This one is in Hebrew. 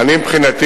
זאת אומרת, עמדת